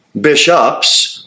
bishops